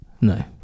no